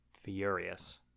furious